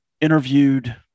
interviewed